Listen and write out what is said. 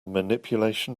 manipulation